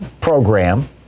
program